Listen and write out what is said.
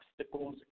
obstacles